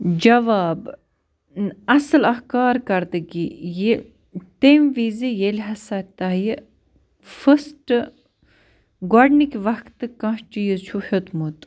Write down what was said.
جواب اَصٕل اَکھ کارکَردگی یہِ تَمہِ وِزِ ییٚلہِ ہسا تۄہہِ فٔسٹہٕ گۄڈٕنِکہٕ وَقتہٕ کانٛہہ چیٖز چھُو ہیوٚتمُت